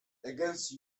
against